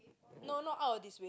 no not out of this way